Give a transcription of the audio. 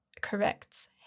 corrects